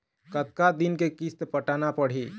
कतका दिन के किस्त पटाना पड़ही?